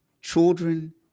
children